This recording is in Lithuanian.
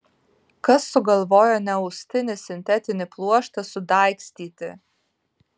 kas sugalvojo neaustinį sintetinį pluoštą sudaigstyti